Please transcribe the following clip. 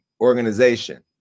organization